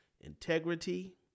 integrity